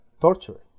torture